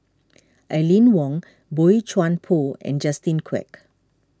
Aline Wong Boey Chuan Poh and Justin Quek